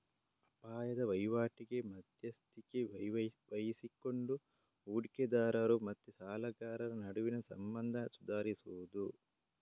ಅಪಾಯದ ವೈವಾಟಿಗೆ ಮಧ್ಯಸ್ಥಿಕೆ ವಹಿಸಿಕೊಂಡು ಹೂಡಿಕೆದಾರರು ಮತ್ತೆ ಸಾಲಗಾರರ ನಡುವಿನ ಸಂಬಂಧ ಸುಧಾರಿಸುದು